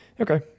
Okay